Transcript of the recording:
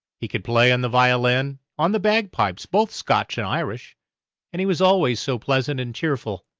he could play on the violin, on the bagpipes both scotch and irish and he was always so pleasant and cheerful,